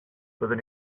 byddwn